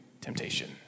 temptation